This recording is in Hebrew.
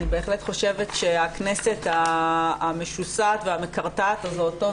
אני בהחלט חושבת שהכנסת המשוסעת והמקרטעת הזאת טוב